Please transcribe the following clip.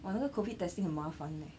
but 那个 COVID testing 很麻烦 leh